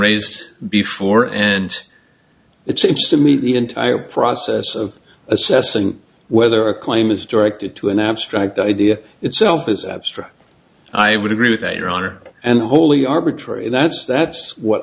raised before and it seems to me the entire process of assessing whether a claim is directed to an abstract idea itself is abstract i would agree that your honor and wholly arbitrary that's that's what